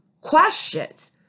questions